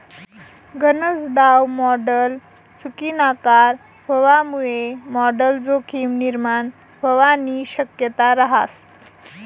गनज दाव मॉडल चुकीनाकर व्हवामुये मॉडल जोखीम निर्माण व्हवानी शक्यता रहास